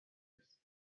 است